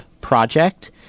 project